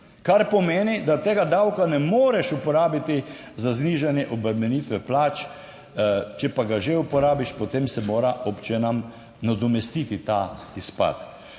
kar pomeni, da tega davka ne moreš uporabiti za znižanje obremenitve plač, če pa ga že uporabiš, potem se mora občinam nadomestiti ta izpad?